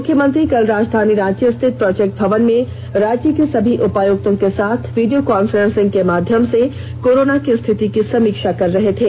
मुख्यमंत्री कल राजधानी रांची स्थित प्रोजेक्ट भवन में राज्य के सभी उपायुक्तों के साथ वीडियो कांफेंसिंग के माध्यम से कोरोना की रिथित की समीक्षा कर रहे थे